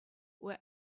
were